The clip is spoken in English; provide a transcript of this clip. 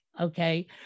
Okay